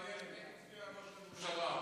איך הצביע ראש הממשלה?